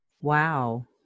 Wow